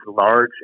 large